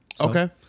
Okay